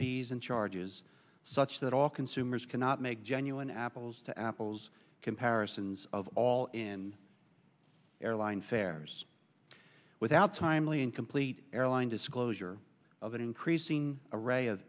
season charges such that all consumers cannot make genuine apples to apples comparisons of all in airline fares without timely incomplete airline disclosure of an increasing